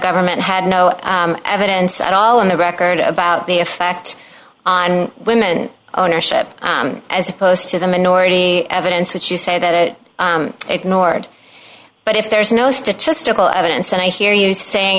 government had no evidence at all on the record about the effect on women ownership as opposed to the minority evidence which you say that it ignored but if there's no statistical evidence then i hear you saying